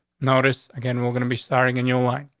noticed again. we're gonna be starring in your life.